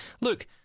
look